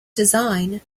design